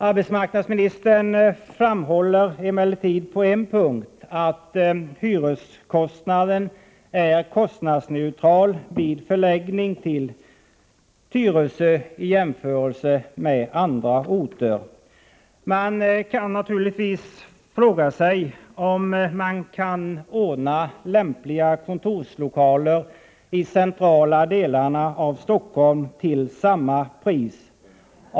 Hon framhåller emellertid på en punkt att hyran är kostnadsneutral vid förläggning till Tyresö, jämfört med en förläggning till andra orter. Man kan naturligtvis fråga sig, om det går att ordna lämpliga kontorslokaler i de centrala delarna av Stockholm till samma pris som på andra orter.